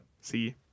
see